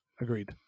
Agreed